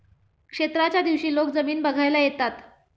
क्षेत्राच्या दिवशी लोक जमीन बघायला येतात